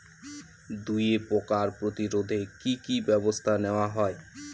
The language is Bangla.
দুয়ে পোকার প্রতিরোধে কি কি ব্যাবস্থা নেওয়া হয়?